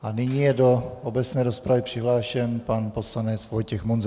A nyní je do obecné rozpravy přihlášen pan poslanec Vojtěch Munzar.